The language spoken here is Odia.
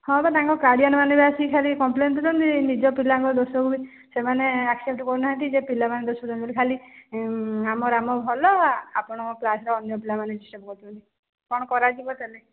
ହଁ ବା ତାଙ୍କ ଗାର୍ଡିଆନ୍ ମାନେ ବି ଆସିକି ଖାଲି କମ୍ପ୍ଲେନ୍ ଦଉଛନ୍ତି ନିଜ ପିଲାଙ୍କ ଦୋଷକୁ ବି ସେମାନେ ଆସେପ୍ଟ କରୁନାହାଁନ୍ତି ଯେ ପିଲାମାନେ ଖାଲି ଆମ ରାମ ଭଲ ଆପଣଙ୍କ କ୍ଲାସ୍ଟା ଅନ୍ୟ ପିଲାମାନେ କରୁଛନ୍ତି କ'ଣ କରାଯିବ ତେବେ